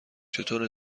چطور